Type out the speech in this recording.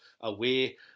away